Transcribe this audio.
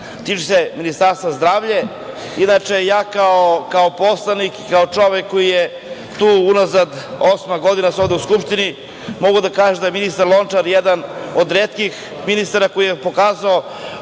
tiče se Ministarstva zdravlja. Inače, ja kao poslanik i kao čovek koji je tu osam godina u Skupštini, mogu da kažem da je ministar Lončar jedan od retkih ministara koji se pokazao